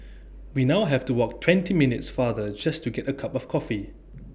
we now have to walk twenty minutes farther just to get A cup of coffee